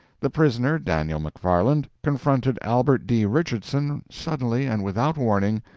the prisoner, daniel mcfarland, confronted albert d. richardson suddenly and without warning,